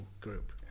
group